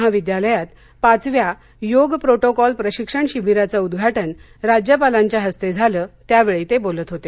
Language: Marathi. महाविद्यालयात पाचव्या योग प्रोटोकॉल प्रशिक्षण शिबिराचं उद्घाटन राज्यपालांच्या हस्ते झालं त्यावेळी ते बोलत होते